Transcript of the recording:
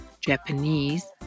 Japanese